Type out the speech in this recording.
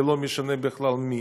לא משנה בכלל מי.